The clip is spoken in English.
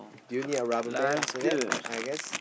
do you need a rubber band after that I guess